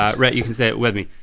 ah rhett, you can say it with me.